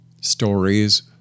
stories